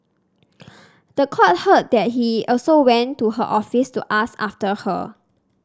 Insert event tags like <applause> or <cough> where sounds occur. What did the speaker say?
<noise> the court heard that he also went to her office to ask after her